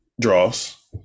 draws